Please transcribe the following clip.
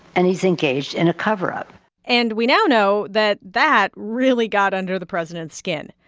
and he's engaged in a cover-up and we now know that that really got under the president's skin.